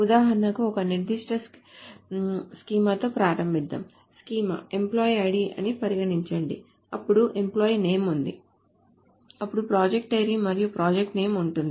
ఉదాహరణకు ఒక నిర్దిష్ట స్కీమాతో ప్రారంభిద్దాం స్కీమా employee id అని పరిగణించండి అప్పుడు employee name ఉంది అప్పుడు project id మరియు project name ఉంటుంది